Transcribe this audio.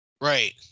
Right